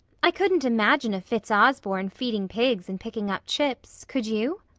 i couldn't imagine a fitzosborne feeding pigs and picking up chips, could you?